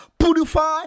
purify